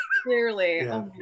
Clearly